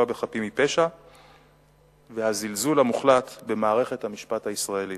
בחפים מפשע והזלזול המוחלט במערכת המשפט הישראלית.